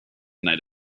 night